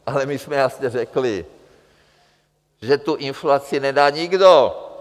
Ale my jsme jasně řekli, že tu inflaci nedá nikdo!